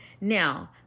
now